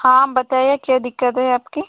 हाँ बताएं क्या दिक्कत है आपकी